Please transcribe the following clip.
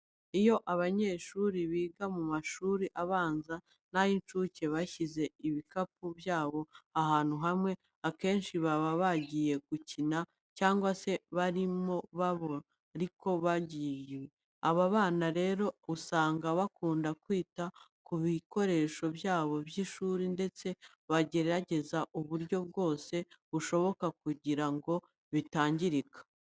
Iyo abanyeshuri biga mu mashuri abanza n'ay'incuke bashyize ibikapu byabo ahantu hamwe, akenshi baba bagiye gukina cyangwa se abarimu babo ari ko bababwiye. Aba bana rero usanga bakunda kwita ku bikoresho byabo by'ishuri ndetse bagerageza uburyo bwose bushoboka kugira ngo bitangirika.